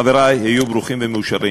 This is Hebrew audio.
חברי, היו ברוכים ומאושרים.